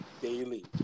daily